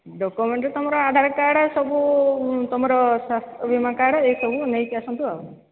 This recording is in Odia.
ଡକ୍ୟୁମେଣ୍ଟ ତୁମର ଆଧାର କାର୍ଡ୍ ସବୁ ତୁମର ସ୍ୱାସ୍ଥ୍ୟ ବୀମା କାର୍ଡ୍ ଏସବୁ ନେଇକି ଆସନ୍ତୁ ଆଉ